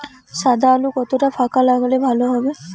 সাদা আলু কতটা ফাকা লাগলে ভালো হবে?